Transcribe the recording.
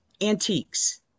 antiques